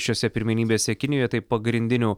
šiose pirmenybėse kinijoje tai pagrindinių